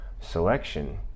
selection